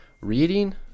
reading